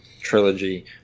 trilogy